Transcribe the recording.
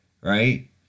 right